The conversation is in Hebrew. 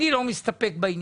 אבל אני לא מסתפק בזה.